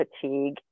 fatigue